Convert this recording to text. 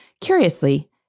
Curiously